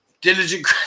Diligent